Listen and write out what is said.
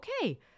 Okay